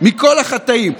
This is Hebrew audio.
מכל החטאים?